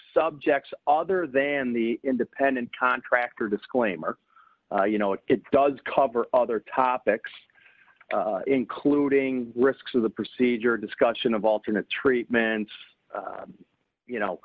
subjects other than the independent contractor disclaimer you know if it does cover other topics including risks of the procedure discussion of alternate treatments you